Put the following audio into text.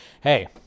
hey